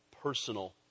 personal